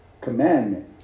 commandment